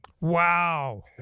Wow